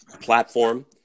platform